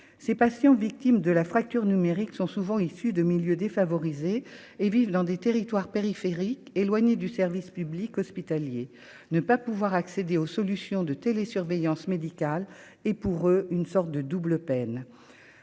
ces patients victimes de la fracture numérique sont souvent issus de milieux défavorisés et vivent dans des territoires périphériques éloigné du service public hospitalier ne pas pouvoir accéder aux solutions de télésurveillance médicale et pour eux une sorte de double peine,